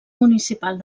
municipal